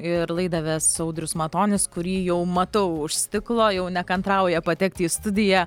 ir laidą ves audrius matonis kurį jau matau už stiklo jau nekantrauja patekti į studiją